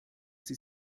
sie